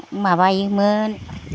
माबायोमोन